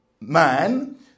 man